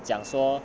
讲说